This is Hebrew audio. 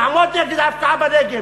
תעמוד לידי להפקעה בנגב,